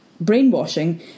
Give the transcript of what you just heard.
brainwashing